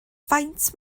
faint